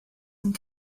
and